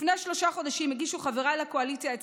לפני שלושה חודשים הגישו חבריי לקואליציה את